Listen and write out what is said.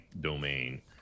domain